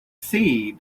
see